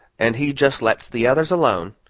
and he just lets the others alone,